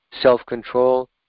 self-control